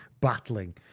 battling